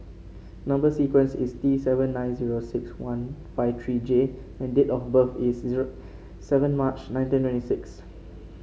number sequence is T seven nine zero six one five three J and date of birth is zero seven March nineteen twenty six